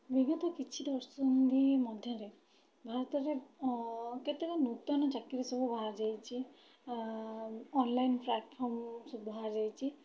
ବିଗତ କିଛି ଦଶନ୍ଧି ମଧ୍ୟରେ ଭାରତରେ କେତେକ ନୂତନ ଚାକିରୀ ସବୁ ବାହାରିଯାଇଛି ଅନ୍ଲାଇନ୍ ପ୍ଲାଟ୍ଫର୍ମ୍ ସବୁ ବାହାରିଯାଇଛି